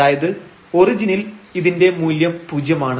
അതായത് ഒറിജിനിൽ ഇതിന്റെ മൂല്യം പൂജ്യമാണ്